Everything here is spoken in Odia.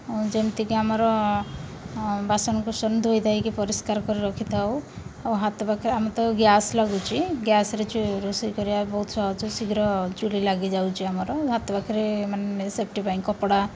ଯେମିତିକି ଆମର ବାସନକୁସନ ଧୋଇଦେଇକି ପରିଷ୍କାର କରି ରଖିଥାଉ ଆଉ ହାତ ପାଖରେ ଆମେ ତ ଗ୍ୟାସ୍ ଲାଗୁଛି ଗ୍ୟାସ୍ରେ ରୋଷେଇ କରିବା ବହୁତ ସହଜ ଶୀଘ୍ର ଚୁଲି ଲାଗିଯାଉଛି ଆମର ହାତ ପାଖରେ ମାନେ ସେଫ୍ଟି ପାଇଁ କପଡ଼ା